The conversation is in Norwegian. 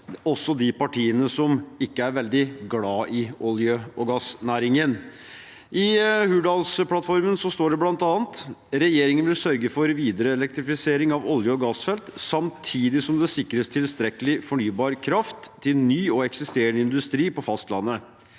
også de partiene som ikke er veldig glad i olje- og gassnæringen. I Hurdalsplattformen står det bl.a.: «Regjeringen vil (…) sørge for videre elektrifisering av olje- og gassfelt, samtidig som det sikres tilstrekkelig fornybar kraft til ny- og eksisterende industri på fastlandet.